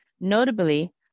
Notably